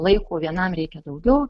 laiko vienam reikia daugiau